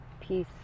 peace